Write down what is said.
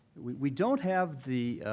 we don't have the